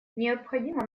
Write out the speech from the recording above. необходимо